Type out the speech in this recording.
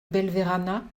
belverana